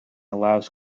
allows